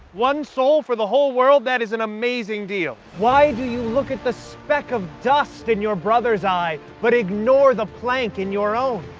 one soul for the whole world? that is an amazing deal. why do you look at the speck of dust in your brother's eye, but ignore the plank in your own?